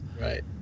Right